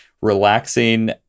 relaxing